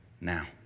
now